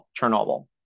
Chernobyl